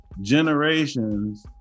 generations